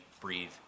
breathe